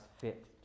fit